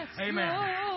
Amen